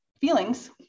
feelings